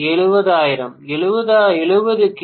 70000 70 கி